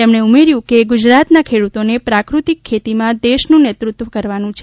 તેમણે ઉમેર્થું કે ગુજરાતના ખેડૂતોને પ્રાકૃતિક ખેતીમાં દેશનું નેતૃત્વ કરવાનું છે